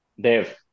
Dave